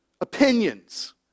opinions